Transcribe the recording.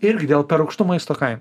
irgi dėl per aukštų maisto kainų